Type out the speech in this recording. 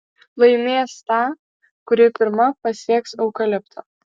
laimės ta kuri pirma pasieks eukaliptą